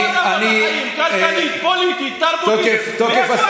ברמת החיים, כלכלית, פוליטית, תרבותית.